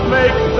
make